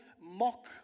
mock